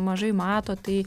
mažai mato tai